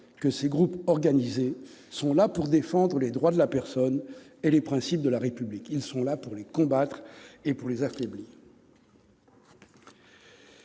que ces groupes organisés sont là pour défendre les droits de la personne et les principes de la République ; ils sont en action pour les combattre et les affaiblir.